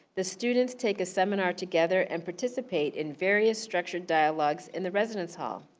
the students take a seminar together and participate in various structured dialogues in the residence hall.